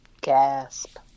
Gasp